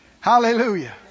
Hallelujah